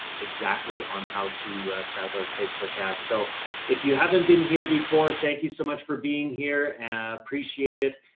exactly on how to set up a facebook ad. so if you haven't been here before, thank you so much for being here and appreciate it.